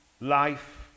life